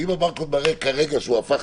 אם הברקוד מראה כרגע שהוא הפך,